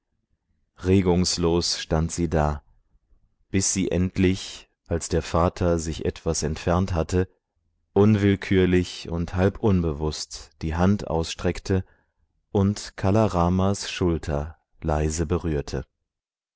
regungslos stand sie da bis sie endlich als der vater sich etwas entfernt hatte unwillkürlich und halb unbewußt die hand ausstreckte und kala ramas schulter leise berührte